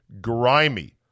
grimy